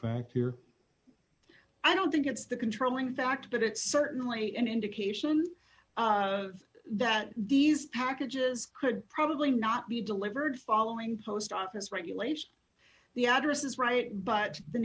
here i don't think it's the controlling factor that it's certainly an indication that these packages could probably not be delivered following post office regulations the address is right but the